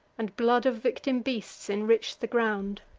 and blood of victim beasts enrich'd the ground.